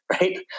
right